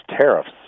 tariffs